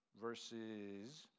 verses